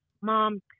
mom